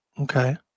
Okay